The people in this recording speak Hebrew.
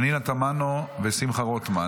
פנינה תמנו ושמחה רוטמן.